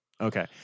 Okay